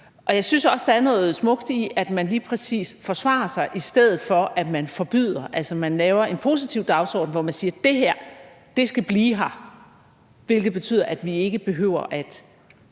Jeg synes også, at der er noget smukt i, at man lige præcis forsvarer sig, i stedet for at man forbyder, altså at man laver en positiv dagsorden, hvor man siger, at det her skal blive her, hvilket betyder, at man ikke behøver at